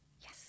yes